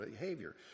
behavior